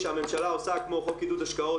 כשהממשלה עושה כמו חוק עידוד הון,